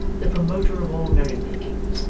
the promoter of all merry-makings,